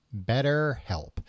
BetterHelp